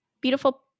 beautiful